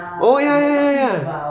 oh ya ya ya ya ya